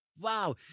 Wow